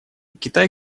китай